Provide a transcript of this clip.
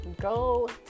go